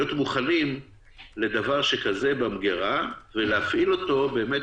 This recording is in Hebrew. מוכנים לדבר שכזה במגירה ולהפעיל אותו באמת